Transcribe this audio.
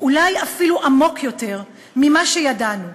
אולי אפילו עמוק יותר ממה שידענו.